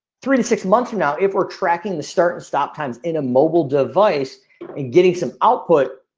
three to six months from now if we're tracking the start and stop times in a mobile device and getting some output,